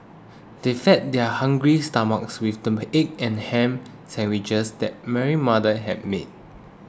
they fed their hungry stomachs with the egg and ham sandwiches that Mary's mother had made